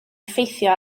effeithio